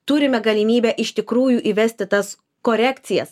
turime galimybę iš tikrųjų įvesti tas korekcijas